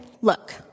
look